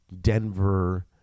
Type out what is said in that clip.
denver